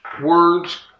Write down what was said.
Words